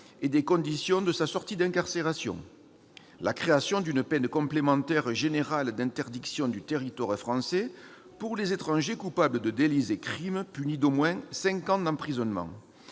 et des conditions de sa sortie d'incarcération ; la création d'une peine complémentaire générale d'interdiction du territoire français pour les étrangers coupables de délits et crimes punis d'au moins cinq ans d'emprisonnement